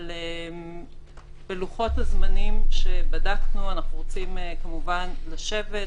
אבל בלוחות-הזמנים שבדקנו אנחנו רוצים כמובן לשבת,